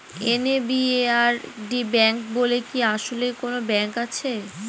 NABARD bank বলে কি আসলেই কোনো ব্যাংক আছে?